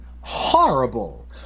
horrible